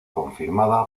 confirmada